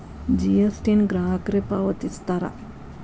GST ನ ಗ್ರಾಹಕರೇ ಪಾವತಿಸ್ತಾರಾ